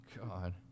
God